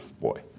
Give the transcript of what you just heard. Boy